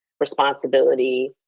responsibility